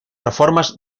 reformas